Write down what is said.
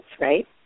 right